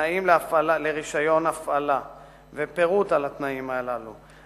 תנאים לרשיון הפעלה ופירוט התנאים הללו,